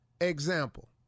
Example